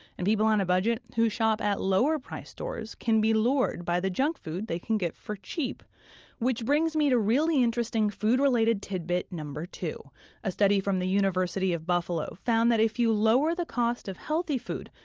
and, people on a budget who shop at lower-price stores can be lured by the junk food they can get for cheap which brings me to really interesting food-related tidbit number two a study from the university of buffalo found that if you lower the cost of healthy food,